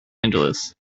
angeles